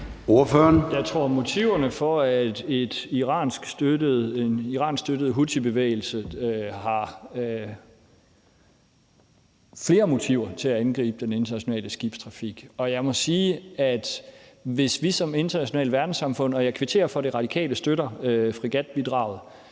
Jeg tror, at en iransk støttet houthibevægelse har flere motiver til at angribe den internationale skibstrafik, og jeg må sige, at hvis vi som internationalt verdenssamfund – og jeg kvitterer for, at De Radikale støtter fregatbidraget